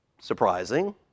surprising